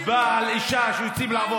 בעל או אישה שיוצאים לעבוד.